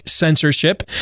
censorship